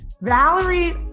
Valerie